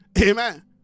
Amen